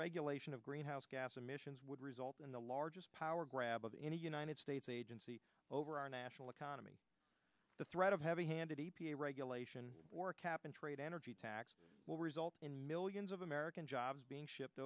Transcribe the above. regulation of greenhouse gas emissions would result in the largest power grab of any united states agency over our national economy the threat of heavy handed e p a regulation or cap and trade energy tax will result in millions of american jobs being shipped